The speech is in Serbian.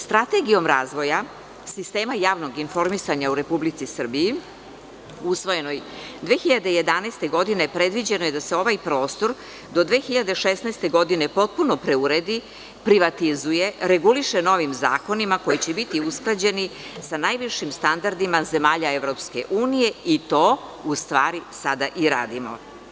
Strategijom razvoja sistema javnog informisanja u Republici Srbiji, usvojenoj 2011. godine, predviđeno je da se ovaj prostor do 2016. godine potpuno preuredi, privatizuje, reguliše novim zakonima koji će biti usklađeni sa najvišim standardima zemalja EU i to u stvari sada i radimo.